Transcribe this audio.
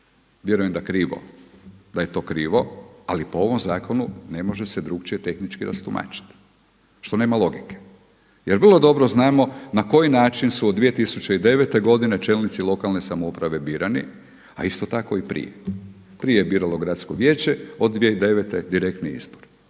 vjerujem da je to krivo, ali po ovom zakonu ne može se drukčije tehnički rastumačiti, što nema logike. Jer vrlo dobro znamo na koji način su od 2009. godine čelnici lokalne samouprave birani, a isto tako i prije. Prije je biralo gradsko vijeće, od 2009. direktni izbor.